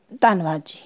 ਧੰਨਵਾਦ ਜੀ